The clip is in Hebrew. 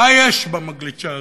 מה יש במגלשה הזאת,